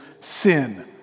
sin